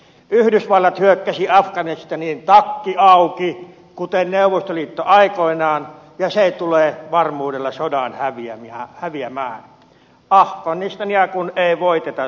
yhdysvallat hyökkäsi afganistaniin takki auki kuten neuvostoliitto aikoinaan ja se tulee varmuudella sodan häviämään afganistania kun ei voiteta sotimalla